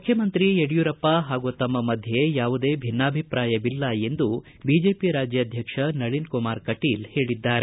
ಮುಖ್ಯಮಂತ್ರಿ ಯಡಿಯೂರಪ್ಪ ಹಾಗೂ ತಮ್ಮ ಮಧ್ಯೆ ಯಾವುದೇ ಭಿನ್ನಾಭಿಪ್ರಾಯವಿಲ್ಲ ಎಂದು ಬಿಜೆಪಿ ರಾಜ್ಯಾಧ್ಯಕ್ಷ ನಳೀನಕುಮಾರ ಕಟೀಲ ಹೇಳಿದ್ದಾರೆ